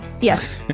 Yes